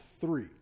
three